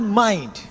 mind